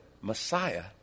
Messiah